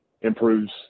improves